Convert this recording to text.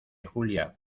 julia